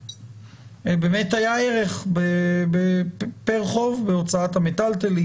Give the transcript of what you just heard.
באמת היה ערך פר חוב בהוצאת המיטלטלין,